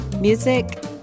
music